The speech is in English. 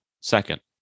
second